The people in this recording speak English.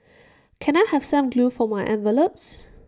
can I have some glue for my envelopes